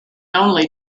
only